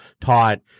taught